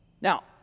Now